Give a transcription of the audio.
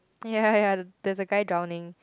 ya ya there's a guy drowning